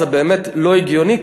זה באמת לא הגיוני.